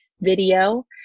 video